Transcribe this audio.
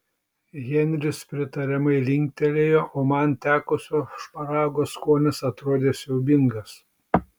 henris pritariamai linktelėjo o man tekusio šparago skonis atrodė siaubingas